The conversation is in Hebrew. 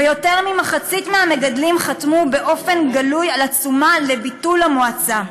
ויותר ממחצית מהמגדלים חתמו באופן גלוי על עצומה לביטול המועצה.